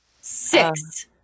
Six